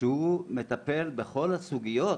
שהוא מטפל בכל הסוגיות